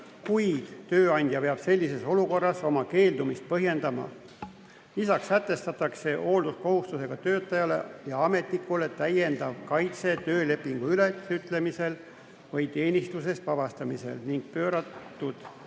kuid tööandja peab sellises olukorras oma keeldumist põhjendama. Lisaks sätestatakse hoolduskohustusega töötajale ja ametnikule täiendav kaitse töölepingu ülesütlemisel või teenistusest vabastamisel ning pööratud